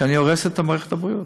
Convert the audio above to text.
שאני הורס את מערכת הבריאות.